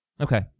Okay